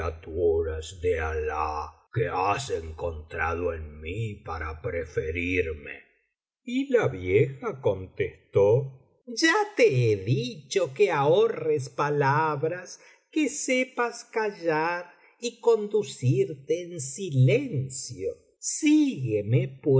criaturas de alah qué has encontrado en mí para preferirme y la vieja contestó ya te he dicho que ahorres palabras que sepas callar y conducirte en silencio sigúeme